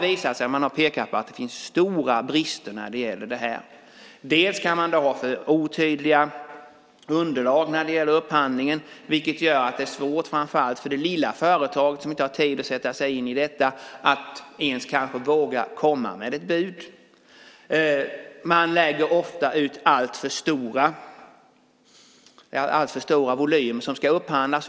Det har pekats på att det finns stora brister när det gäller detta. Det kan handla om att man har för otydliga underlag när det gäller upphandlingen, vilket gör att det är svårt framför allt för det lilla företaget, som inte har tid att sätta sig in i detta, som kanske inte ens vågar komma med ett bud. Man lägger ofta ut alltför stora volymer som ska upphandlas.